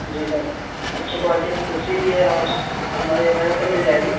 جی sir اچھی quality کی کرسی بھی ہے اور الماری وغیرہ سب مل جائے گی